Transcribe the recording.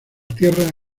tierra